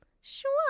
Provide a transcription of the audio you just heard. Sure